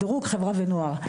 דירוג חברה ונוער.